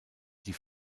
die